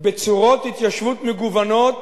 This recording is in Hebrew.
בצורות התיישבות מגוונות